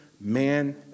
Man